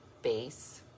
base